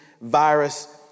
virus